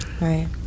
Right